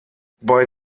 bei